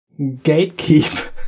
gatekeep